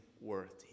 worth